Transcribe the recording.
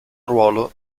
ruolo